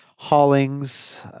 Hollings